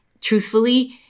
truthfully